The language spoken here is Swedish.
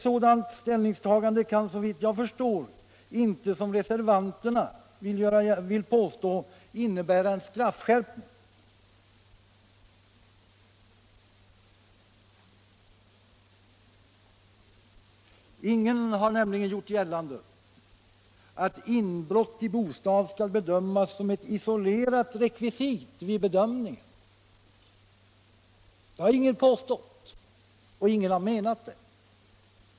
Såvitt jag förstår kan inte det ställningstagandet, som reservanterna påstår, innebära en straffskärpning. Ingen har nämligen gjort gällande att inbrott i bostad skall ses som ett isolerat rekvisit vid bedömningen. Det har ingen påstått, och ingen har menat det.